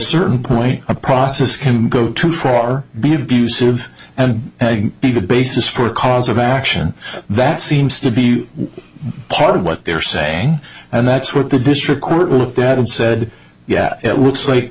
certain point a process can go too far be abusive and be the basis for a cause of action that seems to be part of what they're saying and that's what the district court looked at and said yeah it looks like